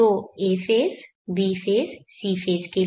तो a phase b phase और c phase के लिए